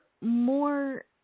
more